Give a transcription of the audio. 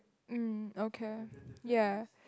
um okay ya